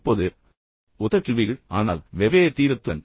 இப்போது ஒத்த கேள்விகள் ஆனால் வெவ்வேறு தீவிரத்துடன்